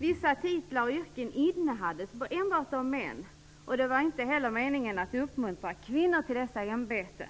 Vissa titlar och yrken innehades enbart av män, och det var inte heller meningen att uppmuntra kvinnor till dessa ämbeten.